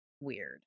weird